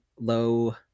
low